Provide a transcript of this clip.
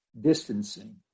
distancing